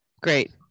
Great